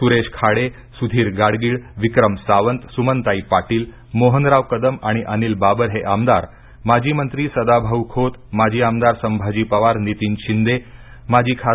सुरेश खाडे सुधीर गाडगीळ विक्रम सावंत सुमनताई पाटील मोहनराव कदम आणि अनिल बाबर हे आमदार माजी मंत्री सदाभाऊ खोत माजी आमदार संभाजी पवार नितीन शिंदे माजी खा